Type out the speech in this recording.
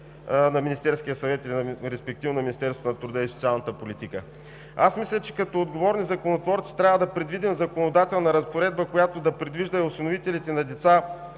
на Министерския съвет и респективно на Министерството на труда и социалната политика. Аз мисля, че като отговорни законотворци трябва да предвидим законодателна разпоредба, която да предвижда осиновителите на деца